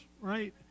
right